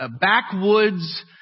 backwoods